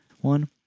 one